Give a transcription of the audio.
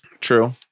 True